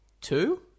Two